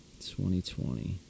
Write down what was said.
2020